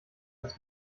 das